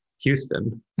Houston